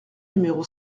numéro